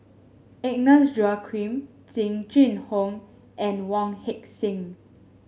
Agnes Joaquim Jing Jun Hong and Wong Heck Sing